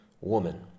woman